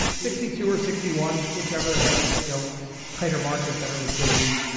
sixty two, or sixty one, whichever has you know tighter market, better liquidity.